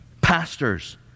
Pastors